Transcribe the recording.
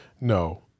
no